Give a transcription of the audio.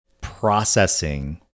processing